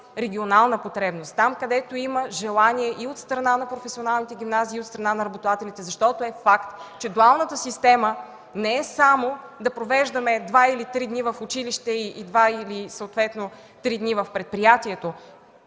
регионална потребност, има желание и от страна на професионалните гимназии, и от страна на работодателите. Факт е, че дуалната система не е само да провеждаме два или три дни в училище и съответно два или три дни в предприятието,